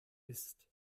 ist